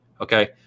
okay